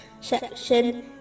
section